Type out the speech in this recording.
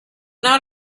not